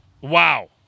wow